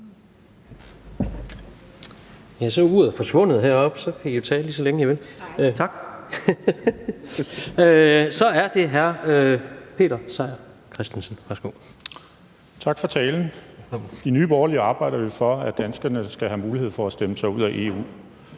Tak for talen. I Nye Borgerlige arbejder vi for, at danskerne skal have mulighed for at stemme sig ud af EU.